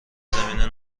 زمینه